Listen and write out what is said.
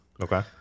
Okay